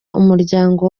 umuryango